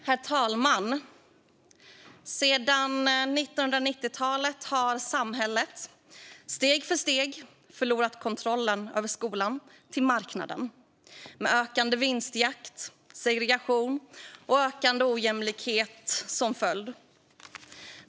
Herr talman! Sedan 1990-talet har samhället steg för steg förlorat kontrollen över skolan till marknaden med ökande vinstjakt, segregation och ökande ojämlikhet som följd.